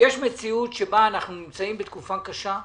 יש מציאות שבה אנחנו נמצאים בתקופה קשה,